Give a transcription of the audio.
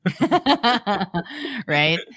Right